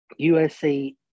USC